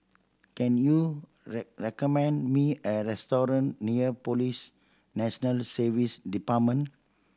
can you recommend me a restaurant near Police National Service Department